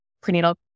prenatal